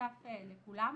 משותף לכולם.